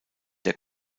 der